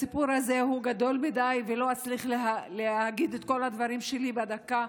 הסיפור הזה הוא גדול מדי ולא אצליח להגיד את כל הדברים שלי בדקה,